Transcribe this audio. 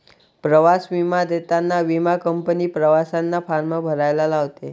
प्रवास विमा देताना विमा कंपनी प्रवाशांना फॉर्म भरायला लावते